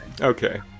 Okay